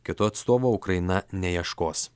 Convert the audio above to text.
kito atstovo ukraina neieškos